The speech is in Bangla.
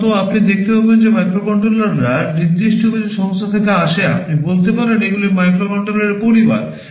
সাধারণত আপনি দেখতে পাবেন যে মাইক্রোকন্ট্রোলাররা নির্দিষ্ট কিছু সংস্থা থেকে আসে আপনি বলতে পারেন এগুলি মাইক্রোকন্ট্রোলারের পরিবার